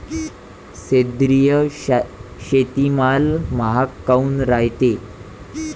सेंद्रिय शेतीमाल महाग काऊन रायते?